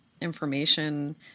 information